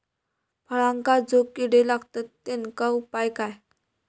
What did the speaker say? फळांका जो किडे लागतत तेनका उपाय काय?